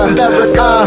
America